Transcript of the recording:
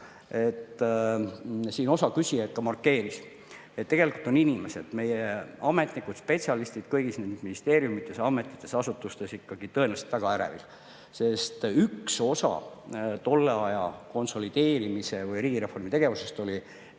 Siin osa küsijaid ka markeeris, et tegelikult on inimesed, meie ametnikud ja spetsialistid kõigis ministeeriumides, ametites ja asutustes ikkagi tõeliselt ärevil. Üks osa tolle aja konsolideerimise või riigireformi tegevusest oli